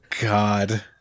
God